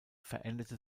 veränderte